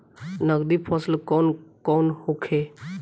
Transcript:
नकदी फसल कौन कौनहोखे?